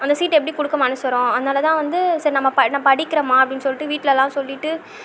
அந்த சீட்டை எப்படி கொடுக்க மனது வரும் அதனால் தான் வந்து சரி நம்ம ப படிக்கிறம்மா அப்படின்னு சொல்லிட்டு வீட்டிலெல்லாம் சொல்லிவிட்டு